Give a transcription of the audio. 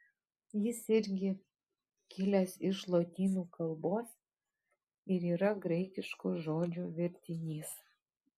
jis irgi kilęs iš lotynų kalbos ir yra graikiško žodžio vertinys